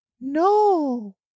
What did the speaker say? No